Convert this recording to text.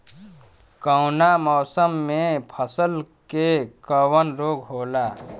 कवना मौसम मे फसल के कवन रोग होला?